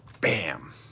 Bam